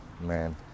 Man